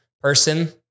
person